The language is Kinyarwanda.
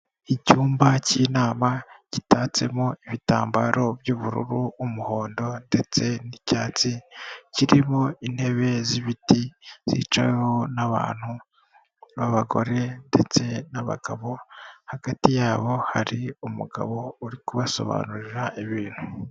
Icyumba cy'inama gitatsemo ibitambaro by'ubururu, umuhondo, ndetse n'icyatsi, kirimo intebe z'ibiti, zicaweho n'abantu b'abagore, ndetse n'abagabo, hagati yabo hari umugabo uri kubasobanurira ibintu.